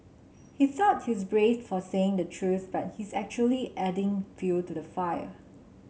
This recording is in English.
he thought he's brave for saying the truth but he's actually adding fuel to the fire